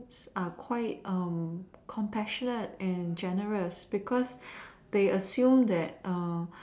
are quite um compassionate and generous because they assumed that um